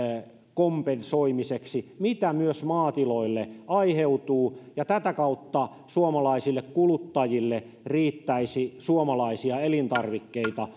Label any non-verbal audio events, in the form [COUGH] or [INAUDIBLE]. kompensoimiseksi mitä myös maatiloille aiheutuu ja tätä kautta suomalaisille kuluttajille riittäisi suomalaisia elintarvikkeita [UNINTELLIGIBLE]